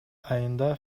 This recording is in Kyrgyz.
айында